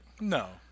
no